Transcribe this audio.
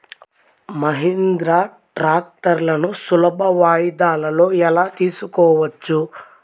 మహీంద్రా ట్రాక్టర్లను సులభ వాయిదాలలో ఎలా తీసుకోవచ్చు?